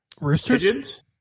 Roosters